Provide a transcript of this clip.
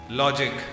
logic